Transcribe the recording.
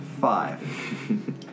Five